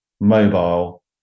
mobile